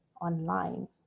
online